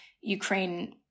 ukraine